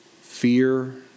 fear